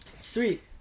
Sweet